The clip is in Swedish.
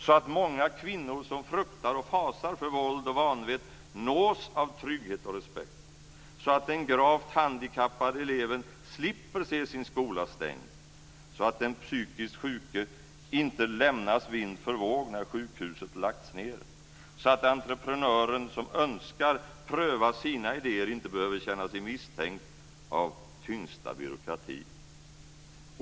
Så att de många kvinnor som fruktar och fasar för våld och vanvett nås av trygghet och respekt. Så att den gravt handikappade eleven slipper se sin skola stängd. Så att den psykiskt sjuke inte lämnas vind för våg när sjukhuset lagts ned. Så att entreprenören som önskar pröva sina idéer inte behöver känna sig misstänkt av tyngsta byråkrati.